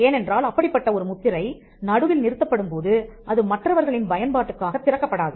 ஏனென்றால் அப்படிப்பட்ட ஒரு முத்திரை நடுவில் நிறுத்தப்படும் போது அது மற்றவர்களின் பயன்பாட்டுக்காக திறக்கப்படாது